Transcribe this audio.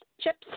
Chips